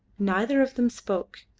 neither of them spoke.